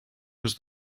was